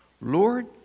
Lord